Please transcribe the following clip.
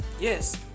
Yes